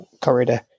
corridor